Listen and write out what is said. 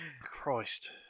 Christ